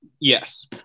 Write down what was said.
yes